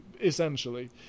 essentially